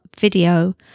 video